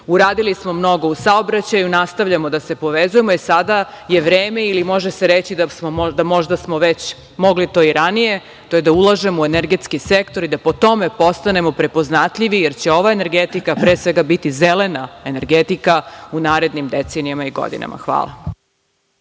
smo mnogo u saobraćaju, nastavljamo da se povezujemo jer sada je vreme ili može se reći da možda smo već mogli to i ranije, to je da ulažemo u energetski sektor i da po tome postanemo prepoznatljivi jer će ova energetika pre svega biti zelena energetika, u narednim decenijama i godinama. Hvala.